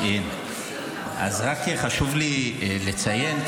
--- רק חשוב לי לציין,